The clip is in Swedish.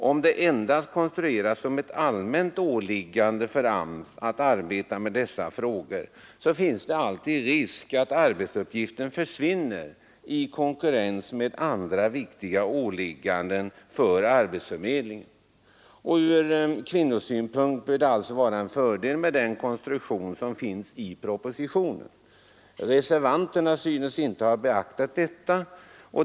Om det endast konstrueras som ett allmänt åliggande för arbetsförmedlingen att arbeta med dessa frågor finns det alltid risk för att arbetsuppgiften försvinner i konkurrens med andra viktiga åligganden för arbetsförmedlingen. Ur kvinnornas synpunkt bör det alltså vara en fördel med den konstruktion som föreslås i propositionen. Reservanterna synes inte ha beakta detta.